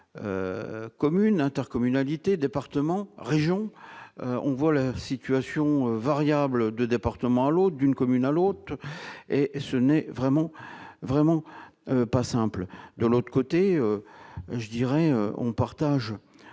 commune, intercommunalité, département, région, on voit la situation variable de département à l'autre, d'une commune à l'autre et ce n'est vraiment, vraiment pas simple de l'autre côté, je dirais, on partage,